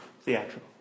theatrical